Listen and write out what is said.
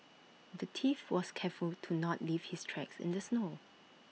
the thief was careful to not leave his tracks in the snow